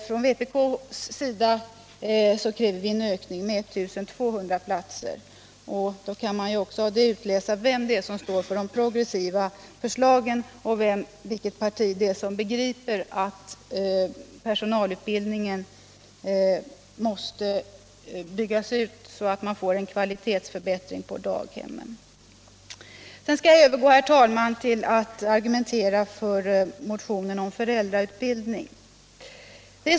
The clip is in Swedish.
Från vpk kräver vi en ökning med 1 200 platser, och av det kan man också utläsa vem som står för de progressiva förslagen och vilket parti det är som begriper att personalutbildningen måste byggas ut, så att man får en kvalitetsförbättring på daghemmen. Sedan skall jag, herr talman, övergå till att argumentera för motionen om föräldrautbildning.